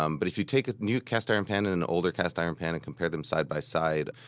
um but if you take a new cast-iron pan and an older cast-iron pan and compare them side by side,